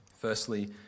Firstly